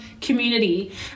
community